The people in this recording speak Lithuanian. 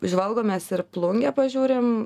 žvalgomės ir plungę pažiūrim